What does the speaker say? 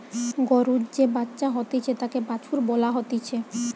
গরুর যে বাচ্চা হতিছে তাকে বাছুর বলা হতিছে